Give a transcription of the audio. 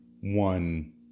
one